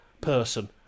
person